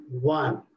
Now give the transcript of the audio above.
one